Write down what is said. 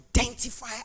identify